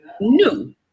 new